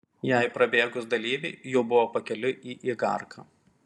jai prabėgus dalyviai jau buvo pakeliui į igarką